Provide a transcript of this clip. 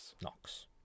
Knox